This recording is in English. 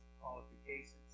qualifications